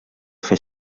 fer